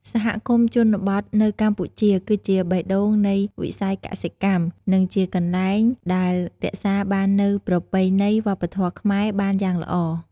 សហគមន៍ជនបទនៅកម្ពុជា គឺជាបេះដូងនៃវិស័យកសិកម្ម និងជាកន្លែងដែលរក្សាបាននូវប្រពៃណីវប្បធម៌ខ្មែរបានយ៉ាងល្អ។